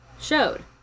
showed